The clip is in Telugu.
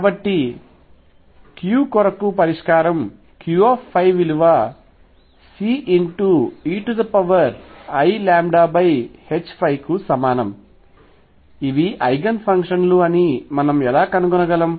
కాబట్టి Q కొరకు పరిష్కారం Q విలువ Ceiλℏకు సమానం ఇవి ఐగెన్ ఫంక్షన్ లు అని మనం ఎలా కనుగొనగలం